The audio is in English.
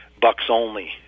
bucks-only